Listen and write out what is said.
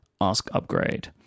askupgrade